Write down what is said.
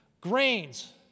Grains